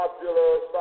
popular